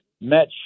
met